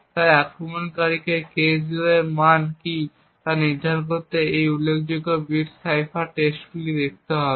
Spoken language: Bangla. তাই আক্রমণকারীকে K0 এর মান কী তা নির্ধারণ করতে এই উল্লেখযোগ্য বিট সাইফার টেক্সটগুলি দেখতে হবে